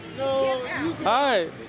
Hi